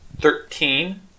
Thirteen